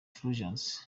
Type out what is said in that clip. fulgence